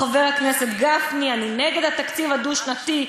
חבר הכנסת גפני: "אני נגד התקציב הדו-שנתי,